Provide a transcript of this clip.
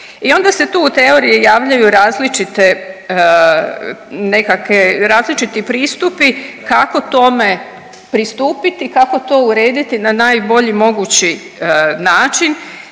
I onda se tu u teoriji javljaju različite, nekakve različiti pristupi kako tome pristupiti i kako to urediti na najbolji mogući način,